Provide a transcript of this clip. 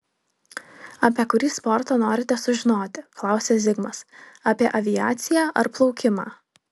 apie kurį sportą norite sužinoti klausia zigmas apie aviaciją ar plaukimą